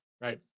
right